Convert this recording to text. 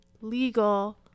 legal